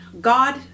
God